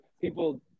people